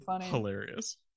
hilarious